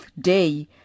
day